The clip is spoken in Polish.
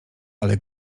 ale